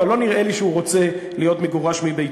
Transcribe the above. אבל לא נראה לי שהוא רוצה להיות מגורש מביתו.